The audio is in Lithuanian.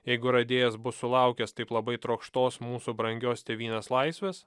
jeigu radėjas bus sulaukęs taip labai trokštos mūsų brangios tėvynės laisvės